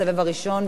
בבקשה,